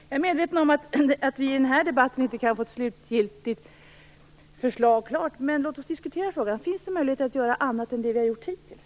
Jag är medveten om att vi i denna debatt inte kan få fram ett slutgiltigt förslag, men låt oss diskuteras frågan. Finns det någon möjlighet att göra annat än det vi har gjort hittills?